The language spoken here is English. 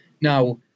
Now